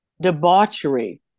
debauchery